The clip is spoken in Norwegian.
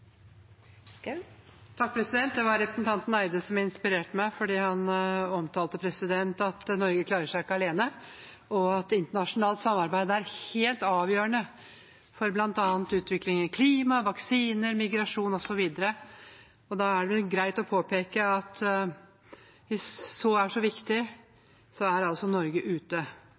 Det var representanten Eide som inspirerte meg. Han sa at Norge ikke klarer seg alene, og at internasjonalt samarbeid er helt avgjørende for utviklingen av bl.a. klimaet, vaksiner, migrasjon osv. Da er det vel greit å påpeke at hvis dette er så viktig, så er altså Norge